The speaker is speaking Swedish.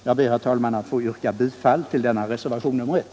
Jag ber, herr talman att få yrka bifall till reservationen 1.